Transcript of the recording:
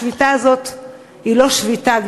השביתה הזאת היא לא שביתה,